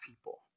people